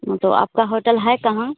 हाँ तो आपका होटल है कहाँ